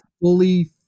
fully